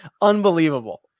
unbelievable